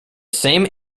same